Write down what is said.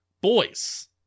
boys